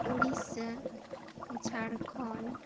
Odisha Jharkhand